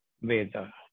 Veda